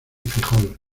frijol